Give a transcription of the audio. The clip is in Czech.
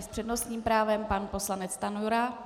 S přednostním právem pan poslanec Stanjura.